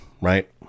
Right